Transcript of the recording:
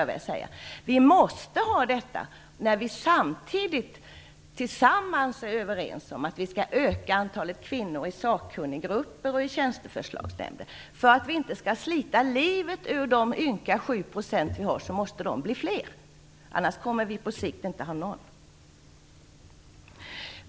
Tvärtom måste andelen öka, när vi samtidigt är överens om att vi skall öka antalet kvinnor i sakkunniggrupper och i tjänsteförslagsnämnder. För att inte de ynka sju procenten kvinnor skall slita livet ur sig måste de bli fler. Annars kommer vi på sikt att inte ha någon.